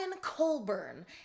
Colburn